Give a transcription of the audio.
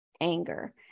anger